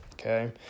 okay